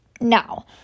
now